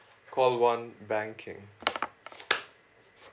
call one banking